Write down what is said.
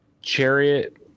Chariot